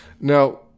Now